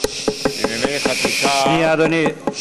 לענייני חקיקה, שנייה, אדוני.